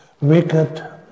wicked